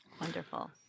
Wonderful